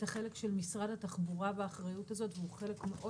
החלק של משרד התחבורה באחריות הזאת והוא חלק מאוד